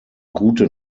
gute